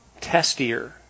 testier